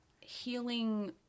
healing